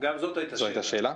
זו הייתה שאלה.